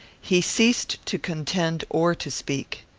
he ceased to contend or to speak.